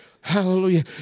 Hallelujah